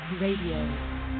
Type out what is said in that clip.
Radio